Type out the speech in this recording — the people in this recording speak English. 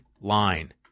line